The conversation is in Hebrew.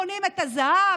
קונים את הזהב,